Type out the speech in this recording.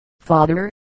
father